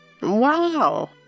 Wow